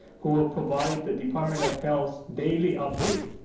who will provide the department of health's daily update.